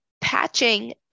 patching